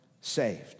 saved